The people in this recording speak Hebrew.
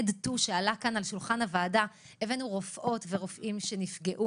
ה-Med too שעלה כאן על שולחן הוועדה הבאנו רופאות ורופאים שנפגעו,